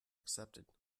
accepted